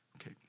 okay